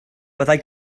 byddai